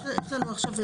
יש לנו עכשיו,